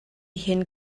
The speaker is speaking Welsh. hyn